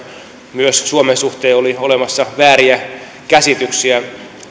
myös suomen suhteen oli olemassa vääriä käsityksiä